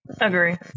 agree